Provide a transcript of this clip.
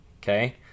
Okay